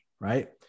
right